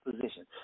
position